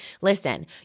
listen